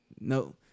no